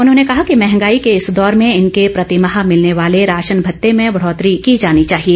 उन्होंने कहा कि मंहगाई के इस दौर में इनके प्रतिमाह मिलने वाले राशन भत्ते में बढ़ौतरी की जानी चाहिए